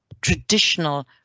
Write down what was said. traditional